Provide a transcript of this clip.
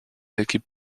équipe